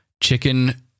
chicken